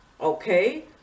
Okay